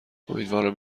امیدوارم